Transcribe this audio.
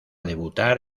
debutar